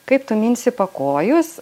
kaip tu minsi pakojus